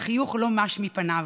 החיוך לא מש מפניו,